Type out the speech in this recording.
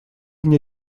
мне